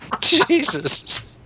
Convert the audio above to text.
Jesus